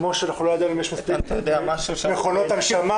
כמו שאנחנו לא ידענו אם יש מספיק מכונות הנשמה,